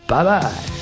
Bye-bye